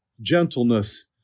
gentleness